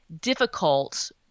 difficult